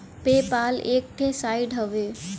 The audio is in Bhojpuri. पे पाल एक ठे साइट हउवे